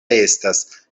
estas